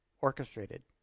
orchestrated